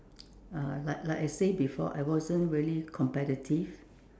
uh like like I say before I wasn't really competitive